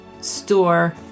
store